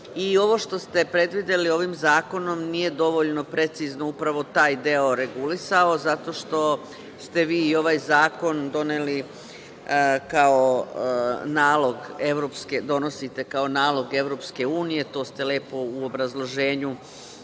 žiga. Ovo što ste predvideli ovim zakonom nije dovoljno precizno, upravo taj deo regulisao zato što ste vi ovaj zakon donosite kao nalog EU. To ste lepo u obrazloženju